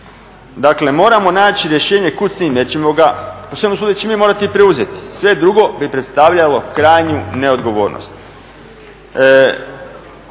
Dakle, moramo naći rješenje kud s tim jer ćemo ga po svemu sudeći mi morati preuzeti. Sve drugo bi predstavljalo krajnju neodgovornost.